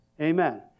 Amen